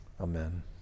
Amen